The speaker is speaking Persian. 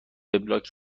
وبلاگت